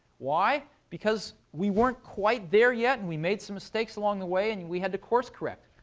why? because we weren't quite there yet. and we made some mistakes along the way. and we had to course correct.